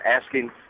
asking